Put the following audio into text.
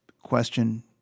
question